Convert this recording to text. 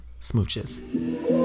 Smooches